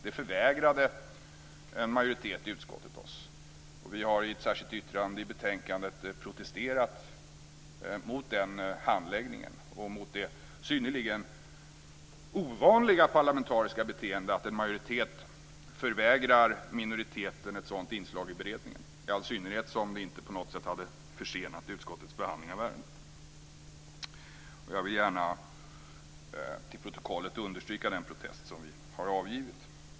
Det förvägrade en majoritet i utskottet oss. Vi har i ett särskilt yttrande i betänkandet protesterat mot den handläggningen och mot det synnerligen ovanliga parlamentariska beteendet att en majoritet förvägrar minoriteten ett sådant inslag i beredningen, i all synnerhet som det inte på något sätt hade försenat utskottets behandling av ärendet. Jag vill gärna till protokollet understryka den protest som vi har avgett.